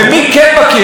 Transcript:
ומי כן מכיר?